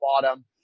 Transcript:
bottom